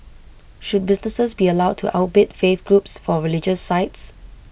should businesses be allowed to outbid faith groups for religious sites